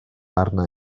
arna